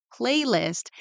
playlist